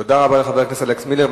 תודה רבה לחבר הכנסת אלכס מילר.